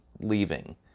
leaving